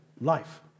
life